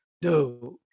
dude